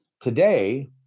Today